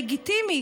לגיטימי,